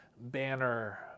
banner